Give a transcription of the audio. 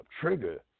trigger